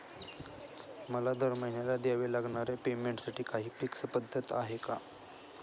मला दरमहिन्याला द्यावे लागणाऱ्या पेमेंटसाठी काही फिक्स पद्धत आहे का?